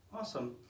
Awesome